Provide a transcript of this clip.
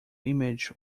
image